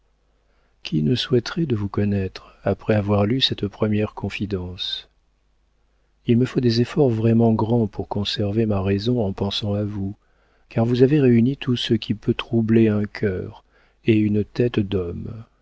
qui ne souhaiterait de vous connaître après avoir lu cette première confidence il me faut des efforts vraiment grands pour conserver ma raison en pensant à vous car vous avez réuni tout ce qui peut troubler un cœur et une tête d'homme